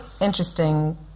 interesting